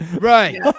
Right